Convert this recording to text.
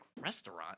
Restaurant